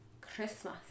Christmas